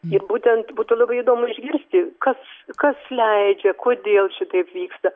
juk būtent būtų labai įdomu išgirsti kas kas leidžia kodėl šitaip vyksta